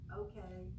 okay